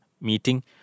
meeting